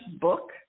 book